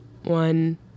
One